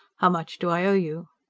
how much do i owe you?